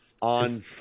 on